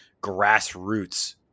grassroots